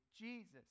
Jesus